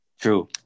true